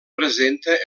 presenta